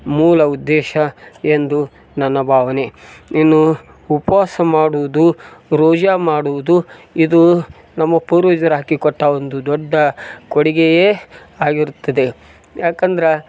ಮೂಲ ಉದ್ದೇಶ ಎಂದು ನನ್ನ ಭಾವನೆ ಇನ್ನು ಉಪವಾಸ ಮಾಡುವುದು ರೋಜಾ ಮಾಡುವುದು ಇದು ನಮ್ಮ ಪೂರ್ವಜರು ಹಾಕಿಕೊಟ್ಟ ಒಂದು ದೊಡ್ಡ ಕೊಡುಗೆಯೇ ಆಗಿರುತ್ತದೆ ಯಾಕಂದರ